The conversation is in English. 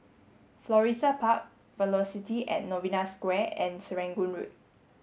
Florissa Park Velocity at Novena Square and Serangoon Road